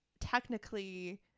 technically